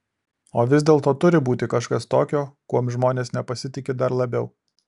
o vis dėlto turi būti kažkas tokio kuom žmonės nepasitiki dar labiau